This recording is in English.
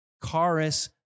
Chorus